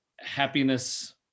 happiness